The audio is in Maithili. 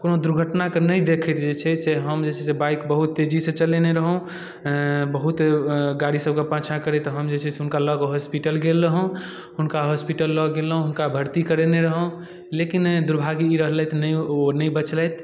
कोनो दुर्घटनाके नहि देखैत जे छै से हम जे छै से बाइक बहुत तेजीसँ चलेने रहौं बहुत गाड़ी सबके पाछाँ करैत हम जे छै से हुनका ल क हॉस्पिटल गेल रहौं हुनका हॉस्पिटल लऽ गेलहुँ हुनका भर्ती करेने रहौं लेकिन दुर्भाग्य ई रहलथि नहि ओ नहि बचलथि